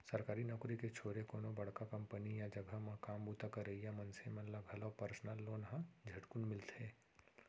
सरकारी नउकरी के छोरे कोनो बड़का कंपनी या जघा म काम बूता करइया मनसे मन ल घलौ परसनल लोन ह झटकुन मिलथे